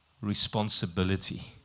responsibility